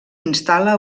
instal·la